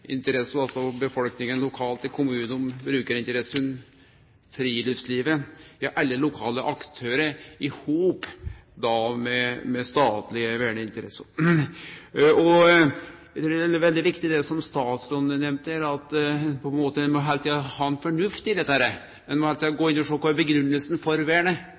altså befolkninga lokalt i kommunane, brukarinteressene, friluftslivet, ja, alle lokale aktørar, i hop med statlege verneinteresser. Det er veldig viktig, det som statsråden nemnde her, at ein heile tida må ha ein fornuft i dette, ein må heile tida gå inn og sjå på kva som er grunngivinga for